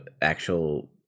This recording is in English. actual